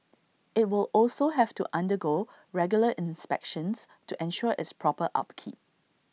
IT will also have to undergo regular inspections to ensure its proper upkeep